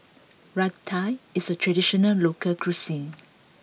Raita is a traditional local cuisine